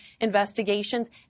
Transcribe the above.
investigations